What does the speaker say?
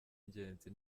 ingenzi